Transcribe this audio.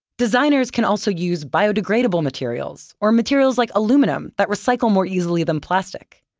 designers can also use biodegradable materials or materials like aluminum that recycle more easily than plastic.